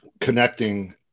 connecting